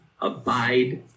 abide